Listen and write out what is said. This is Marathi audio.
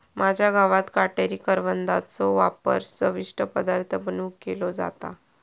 माझ्या गावात काटेरी करवंदाचो वापर चविष्ट पदार्थ बनवुक केलो जाता